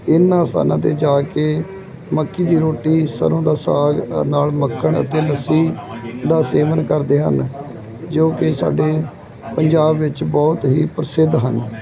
ਇਹਨਾਂ ਸਥਾਨਾਂ 'ਤੇ ਜਾ ਕੇ ਮੱਕੀ ਦੀ ਰੋਟੀ ਸਰੋਂ ਦਾ ਸਾਗ ਨਾਲ ਮੱਖਣ ਅਤੇ ਲੱਸੀ ਦਾ ਸੇਵਨ ਕਰਦੇ ਹਨ ਜੋ ਕਿ ਸਾਡੇ ਪੰਜਾਬ ਵਿੱਚ ਬਹੁਤ ਹੀ ਪ੍ਰਸਿੱਧ ਹਨ